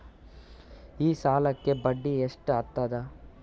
ಈ ಸಾಲಕ್ಕ ಬಡ್ಡಿ ಎಷ್ಟ ಹತ್ತದ?